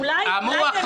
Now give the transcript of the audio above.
אולי --- לנהל את הדיון.